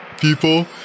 people